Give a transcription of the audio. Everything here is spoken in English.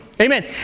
Amen